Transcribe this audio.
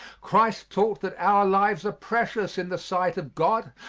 christ taught that our lives are precious in the sight of god,